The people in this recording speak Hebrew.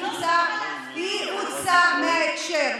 היא הוצאה מההקשר,